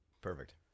Perfect